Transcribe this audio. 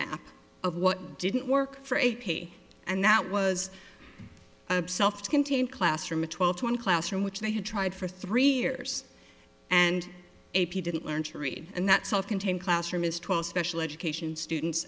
roadmap of what didn't work for a p and that was self contained classroom a twelve to one classroom which they had tried for three years and a p didn't learn to read and that self contained classroom is twelve special education students